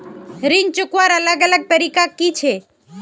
ऋण चुकवार अलग अलग तरीका कि छे?